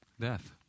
death